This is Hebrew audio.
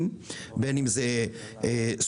בין אם זאת פגיעה בהסכמים קיבוציים,